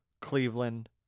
Cleveland